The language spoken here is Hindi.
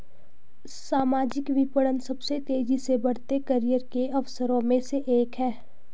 सामाजिक विपणन सबसे तेजी से बढ़ते करियर के अवसरों में से एक है